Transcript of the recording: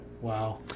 Wow